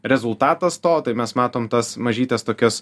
rezultatas to tai mes matom tas mažytes tokias